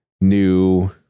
new